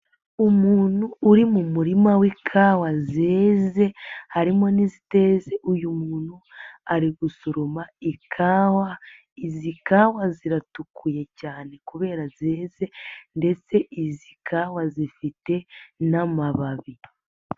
Umuntu uri mu murima w'ikawa zeze harimo n'iziteze, uyu muntu ari gusoroma ikawa, izi kawa ziratukuye cyane kubera zeze ndetse izi kawa zifite n'amababi.